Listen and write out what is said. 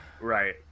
Right